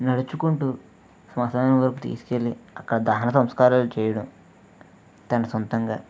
నడుచుకుంటూ స్మశానం వరకూ తీసుకు వెళ్ళి అక్కడ దహన సంస్కారాలు చేయడం తన సొంతంగా